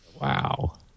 Wow